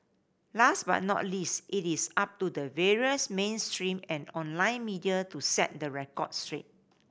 last but not least it is up to the various mainstream and online media to set the record straight